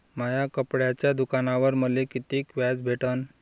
माया कपड्याच्या दुकानावर मले कितीक व्याज भेटन?